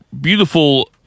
beautiful